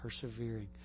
persevering